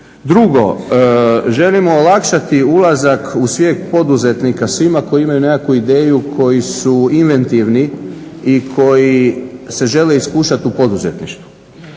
Drugo, želimo olakšati ulazak u svijet poduzetnika svima koji imaju nekakvu ideju, koji su inventivni i koji se žele iskušat u poduzetništvu.